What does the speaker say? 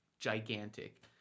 gigantic